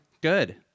good